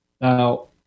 Now